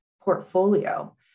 portfolio